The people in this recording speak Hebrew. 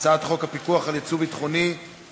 הצעת חוק הפיקוח על יצוא ביטחוני (תיקון),